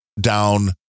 down